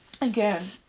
again